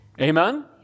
Amen